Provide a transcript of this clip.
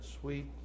sweet